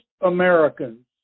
Americans